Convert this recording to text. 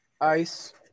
Ice